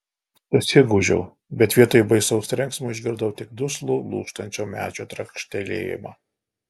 susigūžiau bet vietoj baisaus trenksmo išgirdau tik duslų lūžtančio medžio trakštelėjimą